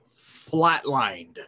flatlined